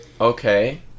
Okay